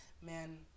Man